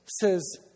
says